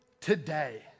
today